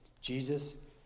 Jesus